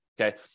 Okay